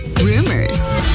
rumors